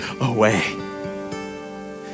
away